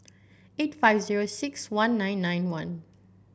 eight five zero six one nine nine one